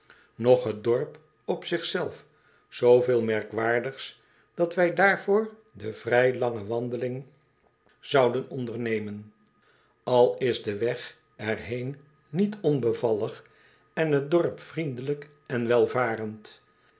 eel het dorp op zichzelf zooveel merkwaardigs dat wij daarvoor de vrij lange wandeling zouden ondernemen al is de weg er heen niet onbevallig en het dorp vriendelijk en welvarend